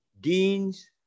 Deans